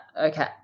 Okay